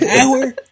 Hour